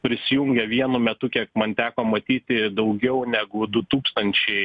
prisijungę vienu metu kiek man teko matyti daugiau negu du tūkstančiai